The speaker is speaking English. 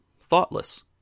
thoughtless